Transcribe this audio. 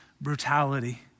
brutality